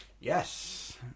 Yes